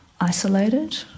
isolated